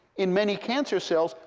in many cancer cells,